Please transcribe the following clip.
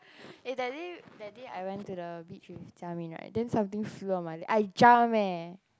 eh that day that day I went to the beach with Jia-Min right then something flew onto my leg I jumped leh